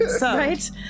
Right